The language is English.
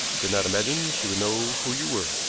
did not imagine she would know who you were.